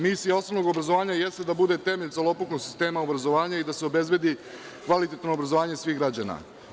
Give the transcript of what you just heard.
Misija osnovnog obrazovanja jeste da bude temelj celokupnog sistema obrazovanja i da se obezbedi kvalitetno obrazovanje svih građana.